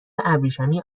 ابریشمی